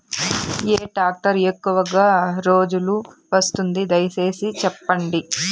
ఏ tractor ఎక్కువగా రోజులు వస్తుంది, దయసేసి చెప్పండి?